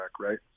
right